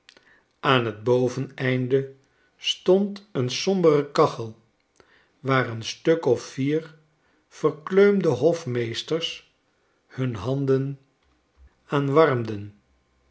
aan t boveneinde stond een sombere kachel waar een stuk of vier verkleumde hofmeesters hun handen aan